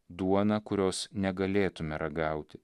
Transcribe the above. duona kurios negalėtume ragauti